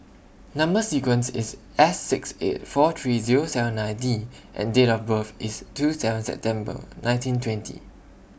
Number sequence IS S six eight four three Zero seven nine D and Date of birth IS two seven September nineteen twenty